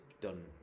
done